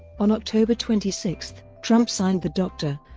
on october twenty six, trump signed the dr.